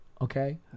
okay